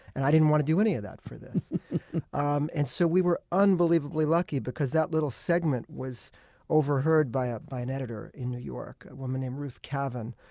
and i didn't want to do any of that for this um and so we were unbelievably lucky because that little segment was overheard by ah by an editor in new york, a woman named ruth cavin.